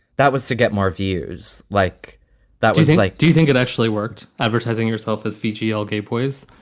that was to get more viewers like that using like do you think it actually worked? advertising yourself as female gay boys.